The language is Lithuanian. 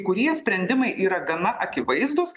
kurie sprendimai yra gana akivaizdūs